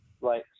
right